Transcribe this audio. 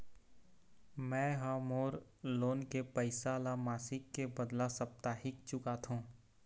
में ह मोर लोन के पैसा ला मासिक के बदला साप्ताहिक चुकाथों